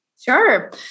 Sure